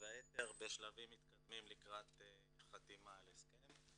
והיתר בשלבים מתקדמים לקראת חתימה על הסכם.